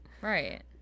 right